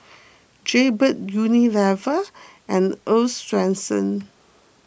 Jaybird Unilever and Earl's Swensens